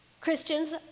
Christians